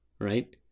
right